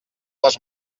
les